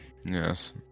yes